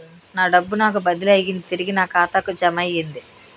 నా డబ్బు నాకు బదిలీ అయ్యింది తిరిగి నా ఖాతాకు జమయ్యింది